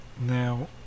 Now